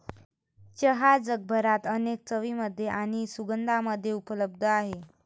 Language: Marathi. चहा जगभरात अनेक चवींमध्ये आणि सुगंधांमध्ये उपलब्ध आहे